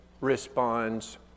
responds